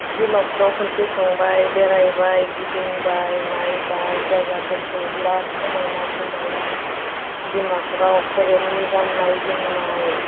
डिमापुराव खनसे थांबाय बेरायबाय गिदिंबाय नायबाय जायगाफोरखौ बिराद समायना समायना डिमापुरावफोरनि गाननाय जोमनाय